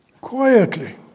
quietly